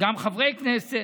וגם את חברי הכנסת.